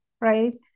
right